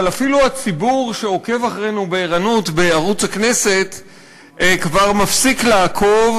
אבל אפילו הציבור שעוקב אחרינו בערנות בערוץ הכנסת כבר מפסיק לעקוב,